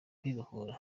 kwibohora